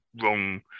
wrong